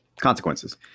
consequences